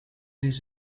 des